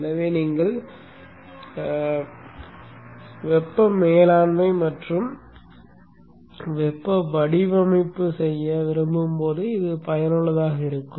எனவே நீங்கள் வெப்ப மேலாண்மை மற்றும் வெப்ப வடிவமைப்பு செய்ய விரும்பும் போது இது பயனுள்ளதாக இருக்கும்